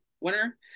winner